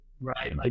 right